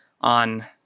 on